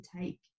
take